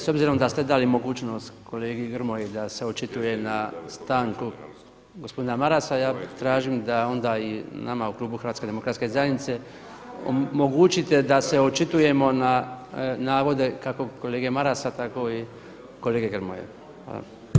S obzirom da ste dali mogućnost kolegi Grmoji da se očituje na stanku gospodina Marasa ja tražim da onda i nama u klubu HDZ-a omogućite da se očitujemo na navode kako kolege Marasa tako i kolege Grmoje.